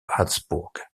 habsbourg